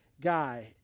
guy